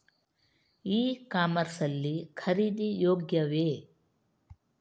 E commerce ಲ್ಲಿ ಖರೀದಿ ಯೋಗ್ಯವೇ?